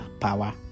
power